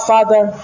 Father